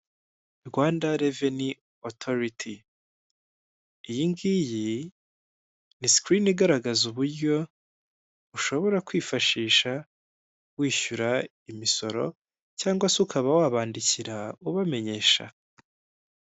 Rwanda reveni otoriti iyi ngiyi ni sikirini igaragaza uburyo ushobora kwifashisha wishyura imisoro, cyangwa se ukaba wabandikira ubamenyesha.